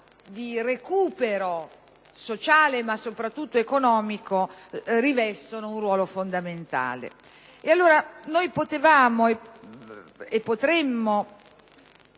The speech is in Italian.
di recupero sociale e soprattutto economico, rivestono un ruolo fondamentale. Pertanto, potremmo